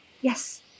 Yes